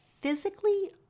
physically